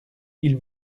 ils